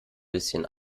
bisschen